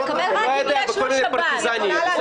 אמרתי לא תמיד ואני אסביר לך.